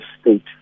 state